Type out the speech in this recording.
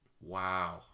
Wow